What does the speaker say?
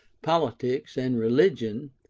politics, and religion,